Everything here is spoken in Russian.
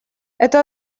это